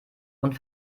und